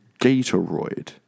gatoroid